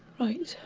right.